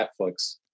Netflix